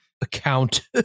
account